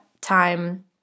time